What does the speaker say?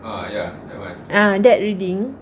uh that reading